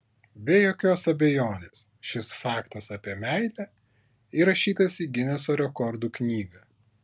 be jokios abejonės šis faktas apie meilę įrašytas į gineso rekordų knygą